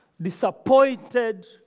disappointed